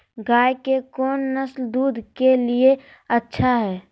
गाय के कौन नसल दूध के लिए अच्छा है?